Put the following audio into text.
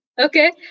Okay